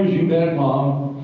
you bet mom.